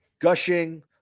gushing